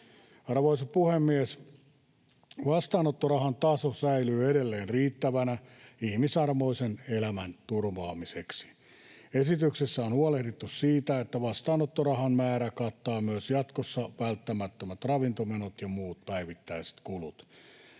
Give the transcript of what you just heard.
Arvoisa puhemies! Vastaanottorahan taso säilyy edelleen riittävänä ihmisarvoisen elämän turvaamiseksi. Esityksessä on huolehdittu siitä, että vastaanottorahan määrä kattaa myös jatkossa välttämättömät ravintomenot ja muut päivittäiset kulut